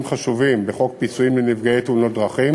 פיצויים לנפגעי תאונות דרכים